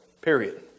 period